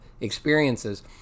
experiences